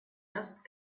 dust